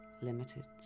limited